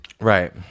Right